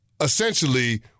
essentially